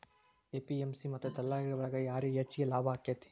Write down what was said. APMC ಮತ್ತ ದಲ್ಲಾಳಿ ಒಳಗ ಯಾರಿಗ್ ಹೆಚ್ಚಿಗೆ ಲಾಭ ಆಕೆತ್ತಿ?